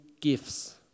gifts